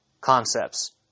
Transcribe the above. concepts